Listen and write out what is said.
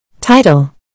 Title